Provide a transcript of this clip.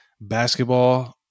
basketball